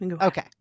Okay